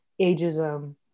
ageism